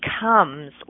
becomes